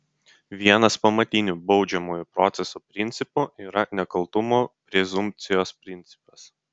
vienas pamatinių baudžiamojo proceso principų yra nekaltumo prezumpcijos principas